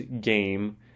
game